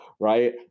right